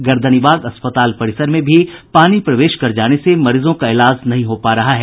गर्दनीबाग अस्पताल परिसर में भी पानी प्रवेश कर जाने से मरीजों का इलाज नहीं हो पा रहा है